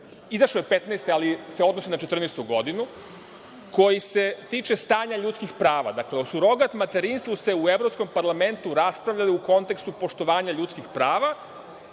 izašao je 2015. godine, ali se odnosi na 2014. godinu, koji se tiče stanja ljudskih prava. Dakle, o surogat materinstvu se u Evropskom parlamentu raspravlja u kontekstu poštovanja ljudskih prava